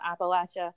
Appalachia